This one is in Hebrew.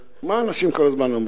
מה אנשים כל הזמן אומרים?